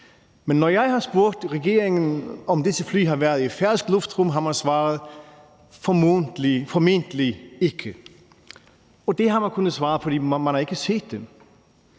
Men når jeg har spurgt regeringen, om disse fly har været i færøsk luftrum, har man svaret: formentlig ikke. Og det har man kunnet svare, fordi man ikke har set dem.